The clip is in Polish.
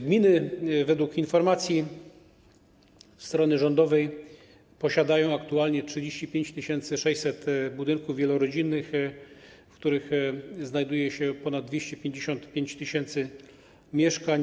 Gminy według informacji strony rządowej posiadają aktualnie 35 600 budynków wielorodzinnych, w których znajduje się ponad 255 000 mieszkań.